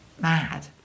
mad